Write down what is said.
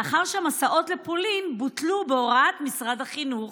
לאחר שהמסעות לפולין בוטלו בהוראת משרד החינוך.